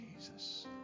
Jesus